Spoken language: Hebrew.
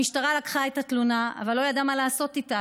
המשטרה לקחה את התלונה אבל לא ידעה מה לעשות איתה,